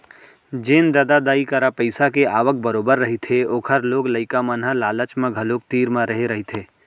जेन ददा दाई करा पइसा के आवक बरोबर रहिथे ओखर लोग लइका मन ह लालच म घलोक तीर म रेहे रहिथे